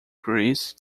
greece